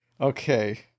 Okay